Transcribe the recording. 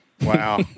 Wow